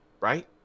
right